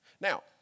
Now